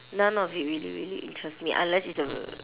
none of it really really interests me unless it's a